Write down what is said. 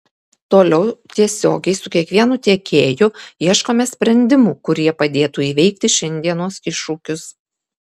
toliau tiesiogiai su kiekvienu tiekėju ieškome sprendimų kurie padėtų įveikti šiandienos iššūkius